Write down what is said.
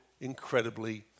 incredibly